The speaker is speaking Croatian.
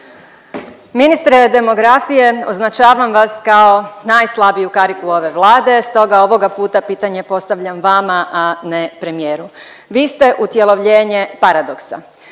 Ministre demografije označavam vas kao najslabiju kariku ove Vlade, stoga ovoga puta pitanje postavljam vama, a ne premijeru. Vi ste utjelovljenje paradoksa.